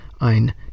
ein